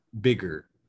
bigger